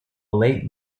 late